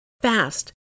fast